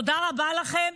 תודה רבה לכם.